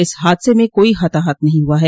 इस हादसे में कोई हताहत नहीं हुआ ह